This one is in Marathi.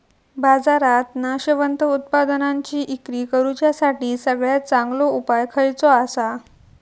बाजारात नाशवंत उत्पादनांची इक्री करुच्यासाठी सगळ्यात चांगलो उपाय खयचो आसा?